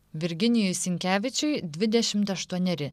virginijui sinkevičiui dvidešimt aštuoneri